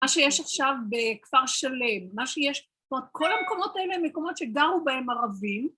‫מה שיש עכשיו בכפר שלם, ‫כל המקומות האלה ‫הם מקומות שגרו בהם ערבים.